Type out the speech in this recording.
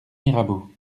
mirabeau